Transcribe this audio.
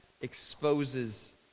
exposes